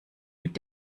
mit